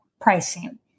pricing